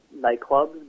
nightclubs